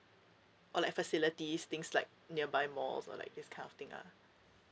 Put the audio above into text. or like facilities things like nearby malls or like this kind of thing lah